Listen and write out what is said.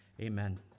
Amen